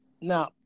now